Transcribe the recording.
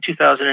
2008